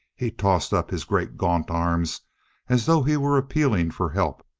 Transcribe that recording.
he tossed up his great gaunt arms as though he were appealing for help,